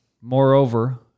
Moreover